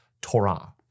Torah